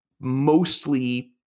mostly